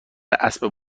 اسب